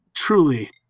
Truly